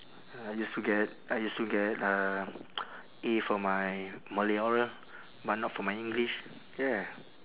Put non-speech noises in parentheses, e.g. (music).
I used to get I used to get uh (noise) A for my malay oral but not for my english yeah